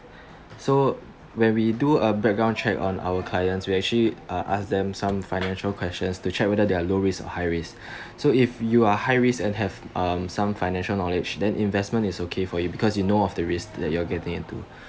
so when we do a background check on our clients we actually ask them some financial questions to check whether they are low risk or high risk so if you're high risk and have um some financial knowledge then investment is okay for you because you know of the risk you are getting into